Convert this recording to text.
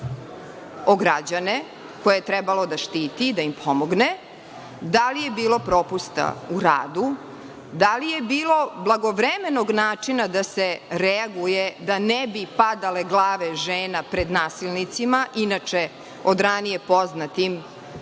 o građane koje je trebalo da štiti, da im pomogne? Da li je bilo propusta u radu? Da li je bilo blagovremenog načina da se reaguje da ne bi padale glave žena pred nasilnicima, inače od ranije poznatim po